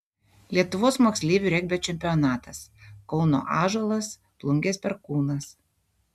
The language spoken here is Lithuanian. lietuvos moksleivių regbio čempionatas kauno ąžuolas plungės perkūnas